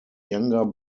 younger